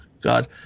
god